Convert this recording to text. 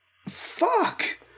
Fuck